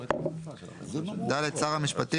(ד)שר המשפטים,